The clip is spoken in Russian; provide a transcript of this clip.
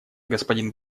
господин